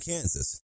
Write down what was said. Kansas